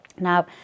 Now